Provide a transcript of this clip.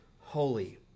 holy